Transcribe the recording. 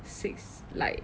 six like